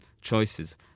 choices